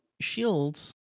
shields